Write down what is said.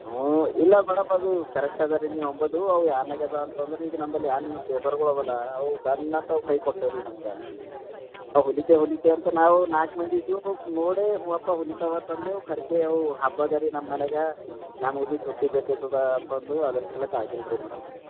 ಹ್ಞೂ ಇಲ್ಲ ಮೇಡಮ್ ಅದು ಕರೆಕ್ಟ್ ಅದ ರೀ ನೀವು ಅಂಬುದು ಅವ ಯಾನ್ ಆಗ್ಯದ ಅಂತಂದ್ರೆ ಈಗ ನಂಬಲಿ ಯಾನ್ ಲೇಬರ್ಗಳು ಅವಲ್ಲ ಅವ ಡನ್ ಅಂತಾವ ಕೈ ಕೊಟ್ಟವ ರೀ ನಮಗೆ ಹೊಲಿತೆ ಹೊಲಿತೆ ಅಂತ ನಾವು ನಾಲ್ಕು ಮಂದಿ ಇದ್ದೇವೆ ಅವ್ಕ ನೋಡೇ ಹ್ಞೂ ಅಪ್ಪ ಹೊಲಿತಾವ ಅಂತ ಅಂದೇವ ಕರ್ಕೆವ ಹಬ್ಬದರಿ ನಮ್ಮ ಮನೆಗೆ ನಮ್ಗ ಬಿ ಚುಟ್ಟಿ ಬೇಕಾಯ್ತದ ಅಂತಂದು ಅದ್ರ ಸಲಕ್ಕೆ ಆಗಿಲ್ರಿ ಮೇಡಮ್